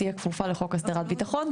תהיה כפופה לחוק הסדרת ביטחון,